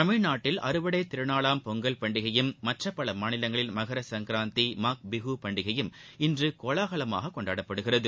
தமிழ்நாட்டில் அறுவடை திருநாளாம் பொங்கல் பண்டிகையும் மற்ற பல மாநிலங்களில் மகரசங்காரந்தி மாக பிஹூ பண்டிகையும் இன்று கோலாகலமாக கொண்டாடப்படுகறிது